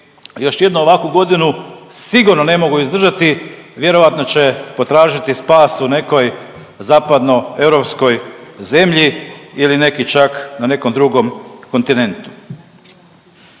još jednu ovakvu godinu sigurno ne mogu izdržati vjerojatno će potražiti spas u nekoj zapadnoeuropskoj zemlji ili neki čak na nekom drugom kontinentu.